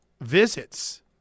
visits